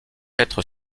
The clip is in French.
être